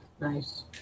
Nice